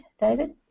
David